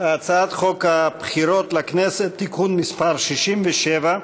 הצעת חוק הבחירות לכנסת (תיקון מס' 67),